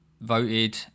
voted